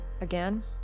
Again